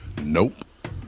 Nope